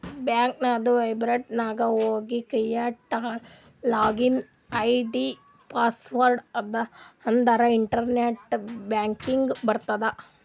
ಬ್ಯಾಂಕದು ವೆಬ್ಸೈಟ್ ನಾಗ್ ಹೋಗಿ ಕ್ರಿಯೇಟ್ ಲಾಗಿನ್ ಐ.ಡಿ, ಪಾಸ್ವರ್ಡ್ ಅಂದುರ್ ಇಂಟರ್ನೆಟ್ ಬ್ಯಾಂಕಿಂಗ್ ಬರ್ತುದ್